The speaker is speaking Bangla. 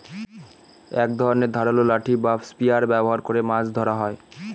এক ধরনের ধারালো লাঠি বা স্পিয়ার ব্যবহার করে মাছ ধরা হয়